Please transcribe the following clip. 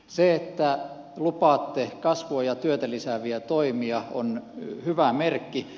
se että lupaatte kasvua ja työtä lisääviä toimia on hyvä merkki